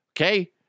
okay